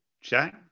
Jack